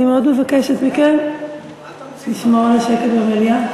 אני מאוד מבקשת מכם לשמור על שקט במליאה.